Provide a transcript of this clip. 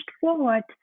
forward